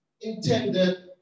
intended